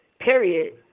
period